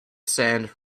sand